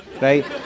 right